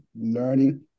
learning